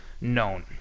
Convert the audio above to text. known